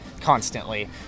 constantly